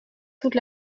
toute